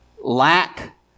lack